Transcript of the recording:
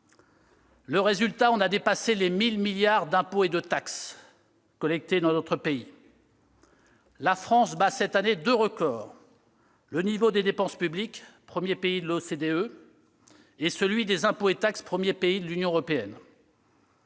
Résultat, on a dépassé les 1 000 milliards d'euros d'impôts et de taxes collectés dans notre pays. La France bat cette année deux records : le niveau des dépenses publiques- elle est le premier pays de l'OCDE -et celui des impôts et taxes- elle est le premier pays de l'Union européenne.